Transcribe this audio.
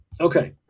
Okay